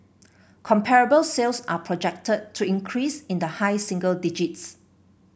comparable sales are projected to increase in the high single digits